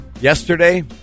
Yesterday